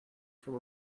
from